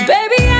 Baby